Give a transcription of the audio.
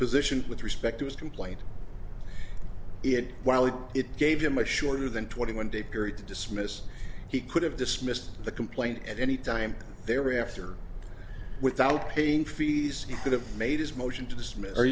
position with respect to his complaint it while it gave him a shorter than twenty one day period to dismiss he could have dismissed the complaint at any time they were after without paying fees he could have made his motion to